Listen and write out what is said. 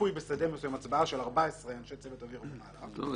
שצפוי בשדה מסוים הצבעה של 14 אנשי צוות אוויר ומעלה --- טוב,